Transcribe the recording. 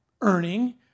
earning